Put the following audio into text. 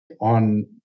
on